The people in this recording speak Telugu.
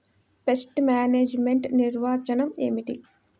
పెస్ట్ మేనేజ్మెంట్ నిర్వచనం ఏమిటి?